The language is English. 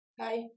hi